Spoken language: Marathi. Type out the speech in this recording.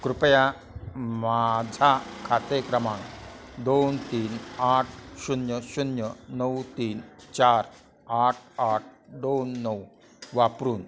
कृपया मा झा खाते क्रमांक दोन तीन आठ शून्य शून्य नऊ तीन चार आठ आठ दोन नऊ वापरून